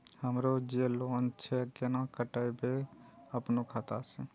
हमरो जे लोन छे केना कटेबे अपनो खाता से?